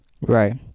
Right